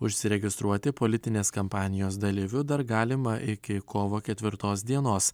užsiregistruoti politinės kampanijos dalyviu dar galima iki kovo ketvirtos dienos